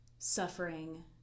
Suffering